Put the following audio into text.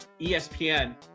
espn